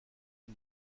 les